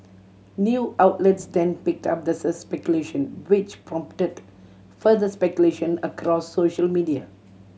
news outlets then picked up the speculation which prompted further speculation across social media